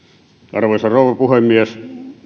arvoisa rouva puhemies